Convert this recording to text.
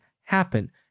happen